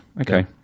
Okay